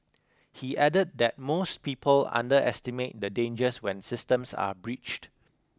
he added that most people underestimate the dangers when systems are breached